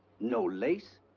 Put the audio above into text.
no lace.